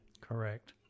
Correct